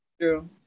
true